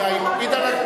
אני אקפיד.